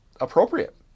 appropriate